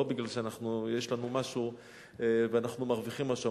הן לא בגלל שיש לנו משהו ואנחנו מרוויחים משהו.